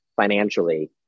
financially